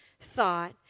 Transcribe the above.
thought